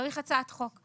צריך הצעת חוק.